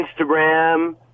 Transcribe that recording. Instagram